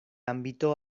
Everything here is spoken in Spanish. ámbito